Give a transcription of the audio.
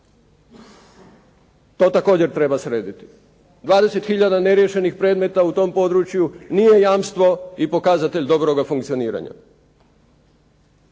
To također treba srediti. 20 tisuća neriješenih predmeta u tom području nije jamstvo i pokazatelj dobroga funkcioniranja.